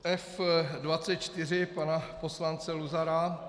F24 pana poslance Luzara.